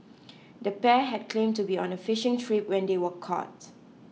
the pair had claimed to be on a fishing trip when they were caught